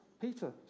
Peter